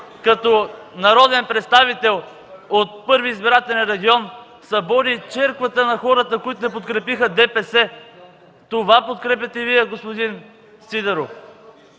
като народен представител от 1. избирателен регион събуди в черквата у хората, които не подкрепиха ДПС! Това подкрепяте Вие, господин Сидеров.